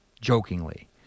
jokingly